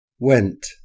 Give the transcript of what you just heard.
went